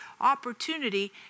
opportunity